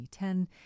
2010